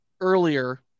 Earlier